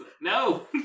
no